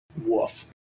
woof